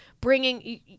bringing